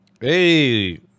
Hey